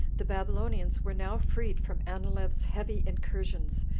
the babylonians were now freed from anileus's heavy incursions,